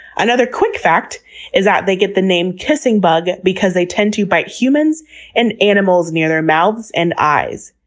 another quick fact is that they get the name kissing bug because they tend to bite humans and animals near their mouths and eyes.